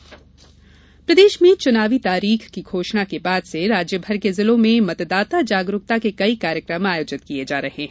मतदाता जागरूकता प्रदेश में चुनावी तारीख की घोषणा के बाद से राज्य भर के जिलों में मतदाता जागरूकता के कई कार्यक्रम आयोजित किये जा रहे है